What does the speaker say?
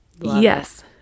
Yes